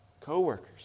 co-workers